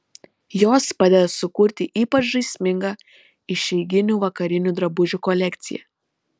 jos padeda sukurti ypač žaismingą išeiginių vakarinių drabužių kolekciją